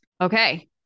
Okay